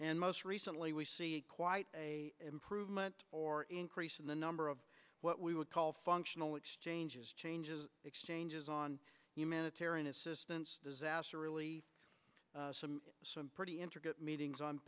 and most recently we see quite improvement or increase in the number of what we would call functional exchanges changes exchanges on humanitarian assistance disaster really some pretty intricate meetings on